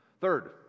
Third